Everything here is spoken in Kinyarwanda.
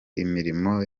imirimo